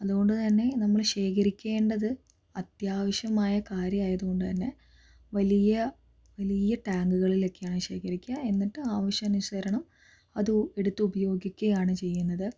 അതുകൊണ്ടുതന്നെ നമ്മള് ശേഖരിക്കേണ്ടത് അത്യാവശ്യമായ കാര്യമായതുകൊണ്ടുതന്നെ വലിയ വലിയ ടാങ്കുകളിലൊക്കെയാണ് ശേഖരിക്കുക എന്നിട്ട് ആവശ്യാനുസരണം അതു എടുത്തു ഉപയോഗിക്കുകയാണ് ചെയ്യുന്നത്